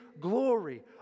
glory